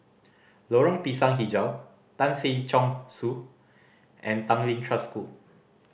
Lorong Pisang Hijau Tan Si Chong Su and Tanglin Trust School